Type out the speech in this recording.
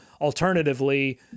alternatively